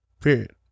period